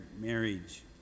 marriage